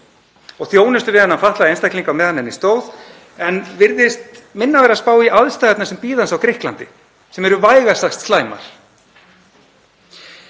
og þjónustu við þennan fatlaða einstakling meðan á henni stóð en virðist minna vera að spá í aðstæðurnar sem bíða hans á Grikklandi, sem eru vægast sagt slæmar.